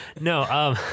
no